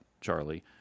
Charlie